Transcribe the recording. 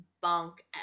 Bunk